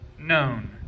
known